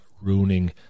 ruining